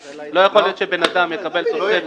לא יכול להיות שבן אדם יקבל תוספת --- לא.